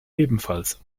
ebenfalls